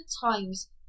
times